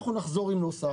אנחנו נחזור עם נוסח